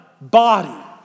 body